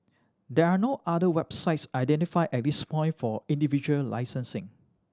there are no other websites identified at this point for individual licensing